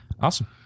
Awesome